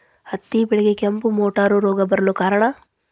ಹತ್ತಿ ಬೆಳೆಗೆ ಕೆಂಪು ಮುಟೂರು ರೋಗ ಬರಲು ಕಾರಣ?